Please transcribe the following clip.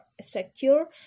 secure